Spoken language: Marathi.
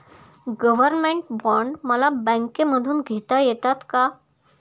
गव्हर्नमेंट बॉण्ड मला बँकेमधून घेता येतात का?